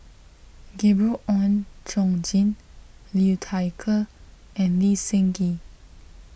Gabriel Oon Chong Jin Liu Thai Ker and Lee Seng Gee